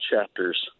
chapters